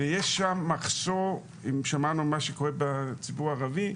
ויש שם מחסור, אם שמענו מה שקורה בציבור הערבי,